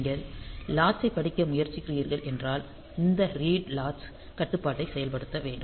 நீங்கள் லாட்சைப் படிக்க முயற்சிக்கிறீர்கள் என்றால் இந்த ரீட் லாட்சு கட்டுப்பாட்டை செயல்படுத்த வேண்டும்